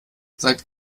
seit